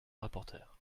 rapporteur